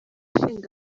ishinga